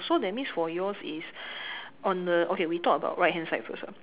so that means for yours is on the okay we talk about right hand side first ah